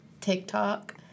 TikTok